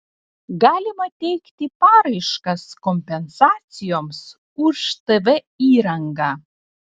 galima teikti paraiškas kompensacijoms už tv įrangą